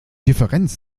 differenz